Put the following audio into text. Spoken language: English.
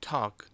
Talk